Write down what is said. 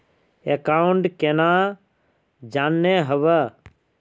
Account केना जाननेहव?